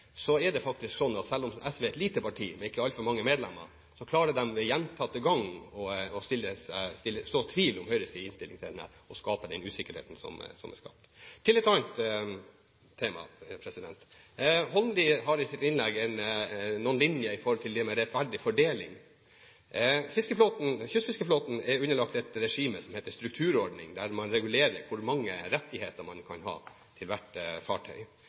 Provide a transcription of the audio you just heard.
Så i den grad det er skapt usikkerhet, er det faktisk slik at SV, selv om de er et lite parti med ikke altfor mange medlemmer, gjentatte ganger har klart å så tvil om Høyres innstilling til forliket og skapt denne usikkerheten. Så til et annet tema. Holmelid hadde i sitt innlegg noen linjer om rettferdig fordeling. Kystfiskeflåten er underlagt et regime som heter strukturordningen, der man regulerer hvor mange rettigheter man kan ha til hvert fartøy.